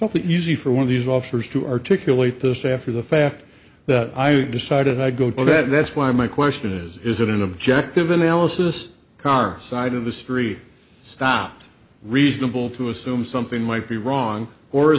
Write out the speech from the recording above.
not that easy for one of these officers to articulate this after the fact that i decided i go to bed that's why my question is is it an objective analysis car side of the street stopped reasonable to assume something might be wrong or